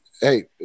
Hey